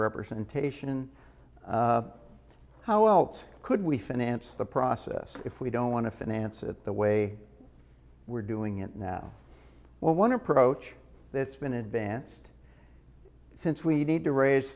representation how else could we finance the process if we don't want to finance it the way we're doing it now well one approach that's been advanced since we need to raise